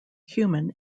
human